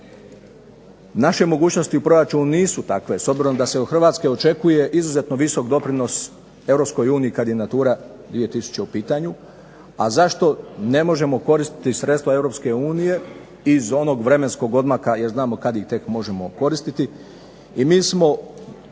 Naše mogućnosti u proračunu nisu takve, s obzirom da se od Hrvatske očekuje izuzetno visok doprinos Europskoj uniji kad je natura 2000 u pitanju, a zašto ne možemo koristiti sredstva Europske unije iz onog vremenskog odmaka, jer znamo kad ih tek možemo koristiti, i mi smo